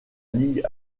ligue